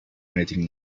anything